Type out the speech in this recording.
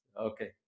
Okay